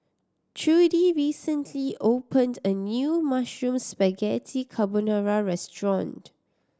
Trudi recently opened a new Mushroom Spaghetti Carbonara Restaurant